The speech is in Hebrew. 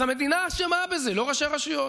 אז המדינה אשמה בזה, לא ראשי הרשויות.